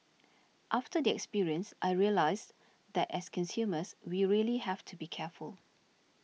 after the experience I realised that as consumers we really have to be careful